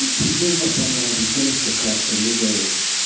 he came up one night, we finished the cut, and he goes,